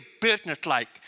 businesslike